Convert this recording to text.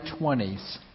20s